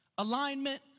Alignment